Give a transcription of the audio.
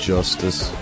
Justice